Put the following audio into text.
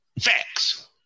facts